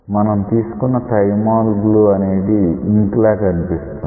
మనం తీసుకున్న thymol blue అనేది ఇంక్ లా కనిపిస్తుంది